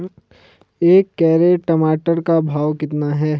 एक कैरेट टमाटर का भाव कितना है?